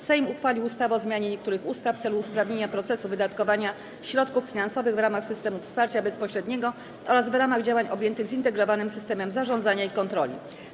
Sejm uchwalił ustawę o zmianie niektórych ustaw w celu usprawnienia procesu wydatkowania środków finansowych w ramach systemów wsparcia bezpośredniego oraz w ramach działań objętych zintegrowanym systemem zarządzania i kontroli.